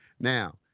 now